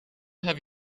have